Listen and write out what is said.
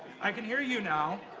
i can hear you now.